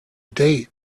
date